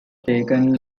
taken